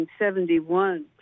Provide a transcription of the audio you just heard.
1971